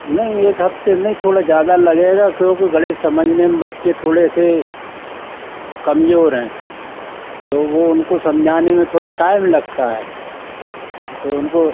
नहीं एक हफ़्ते नहीं थोड़ा ज़्यादा लगेगा क्योंकि गणित समझने में बच्चे थोड़े से कमज़ोर हैं तो वह उनको समझाने में थोड़ा टाइम लगता है तो उनको